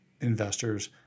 investors